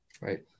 Right